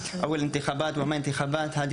או אם יהיו בחירות או לא יהיו